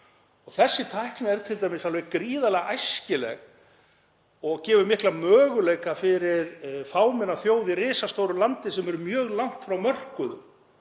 Þessi tækni er t.d. alveg gríðarlega æskileg og gefur mikla möguleika fyrir fámenna þjóð í risastóru landi sem er mjög langt frá mörkuðum.